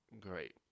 great